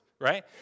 right